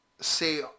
say